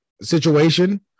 situation